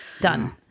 Done